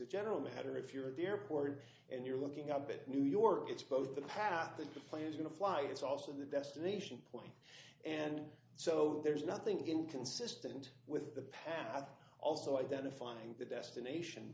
a general matter if you're at the airport and you're looking up at new york it's both the path that the plane is going to fly it's also the destination point and so there's nothing inconsistent with the path also identifying the destination